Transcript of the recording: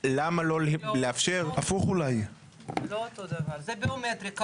זה לא אותו דבר, זה ביומטרי.